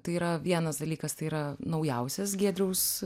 tai yra vienas dalykas tai yra naujausias giedriaus